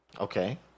Okay